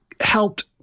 helped